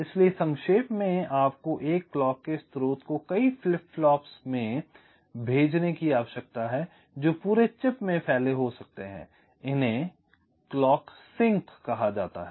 इसलिए संक्षेप में आपको एक क्लॉक के स्रोत को कई फ़्लॉप फ्लॉप्स में भेजने की आवश्यकता है जो पूरे चिप में फैले हो सकते हैं इन्हें क्लॉक सिंक कहा जाता है